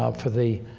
um for the